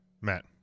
Matt